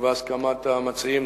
ובהסכמת המציעים,